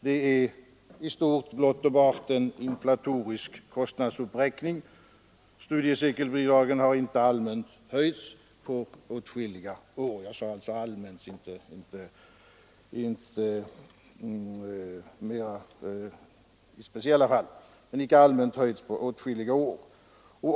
Det är i stort blott och bart en inflatoriskt betingad kostnadsuppräkning — studiecirkelbidragen har inte allmänt höjts på åtskilliga år; jag syftar alltså på en allmän höjning, inte på höjningar i speciella fall.